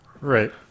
Right